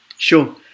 Sure